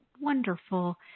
wonderful